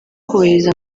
kubahiriza